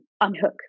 unhook